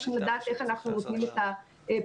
צריכים לדעת איך אנחנו נותנים את הפתרונות